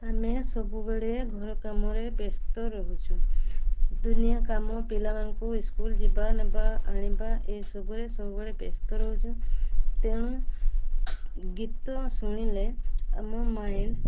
ଆମେ ସବୁବେଳେ ଘର କାମରେ ବ୍ୟସ୍ତ ରହୁଛୁ ଦୁନିଆ କାମ ପିଲାମାନଙ୍କୁ ସ୍କୁଲ୍ ଯିବା ନବା ଆଣିବା ଏସବୁରେ ସବୁବେଳେ ବ୍ୟସ୍ତ ରହୁଛୁ ତେଣୁ ଗୀତ ଶୁଣିଲେ ଆମ ମାଇଣ୍ଡ୍